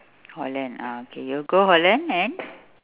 holland ah okay you go holland and